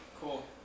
Cool